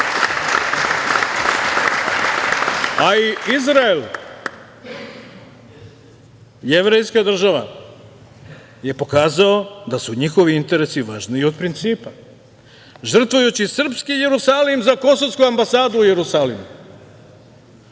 Izrael, jevrejska država, je pokazao da su njihovi interesi važniji od principa, žrtvujući srpski Jerusalim za kosovsku ambasadu u Jerusalimu.